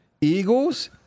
Eagles